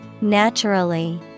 Naturally